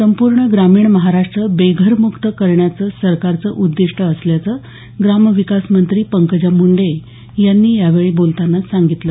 संपूर्ण ग्रामीण महाराष्ट्र बेघरम्क्त करण्याचं सरकारचं उद्दिष्ट असल्याचं ग्रामविकासमंत्री पंकजा मुंडे यांनी यावेळी बोलताना सांगितलं